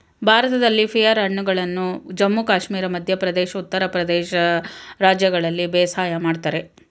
ಭಾರತದಲ್ಲಿ ಪಿಯರ್ ಹಣ್ಣುಗಳನ್ನು ಜಮ್ಮು ಕಾಶ್ಮೀರ ಮಧ್ಯ ಪ್ರದೇಶ್ ಉತ್ತರ ಪ್ರದೇಶ ರಾಜ್ಯಗಳಲ್ಲಿ ಬೇಸಾಯ ಮಾಡ್ತರೆ